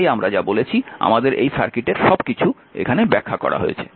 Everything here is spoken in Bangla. তাই আমি যা বলেছি আমাদের এই সার্কিটের সবকিছু এখানে ব্যাখ্যা করা হয়েছে